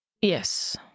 Yes